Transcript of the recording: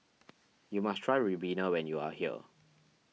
you must try Ribena when you are here